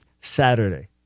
Saturday